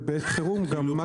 ובעת חירום גם מה קצב ההפקה שלו.